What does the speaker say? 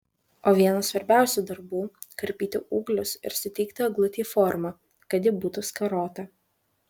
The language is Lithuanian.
o vienas svarbiausių darbų karpyti ūglius ir suteikti eglutei formą kad ji būtų skarota